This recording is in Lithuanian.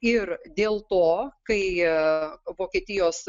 ir dėl to kai e vokietijos